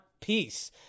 peace